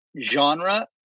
genre